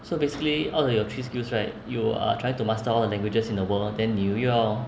so basically out of your three skills right you are trying to master all the languages in the world then 你又要